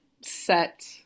set